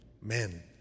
men